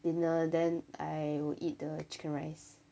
dinner then I will eat the chicken rice see how